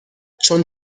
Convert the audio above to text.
چون